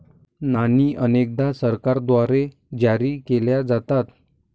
नाणी अनेकदा सरकारद्वारे जारी केल्या जातात